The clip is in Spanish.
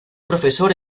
profesor